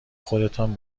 خودتان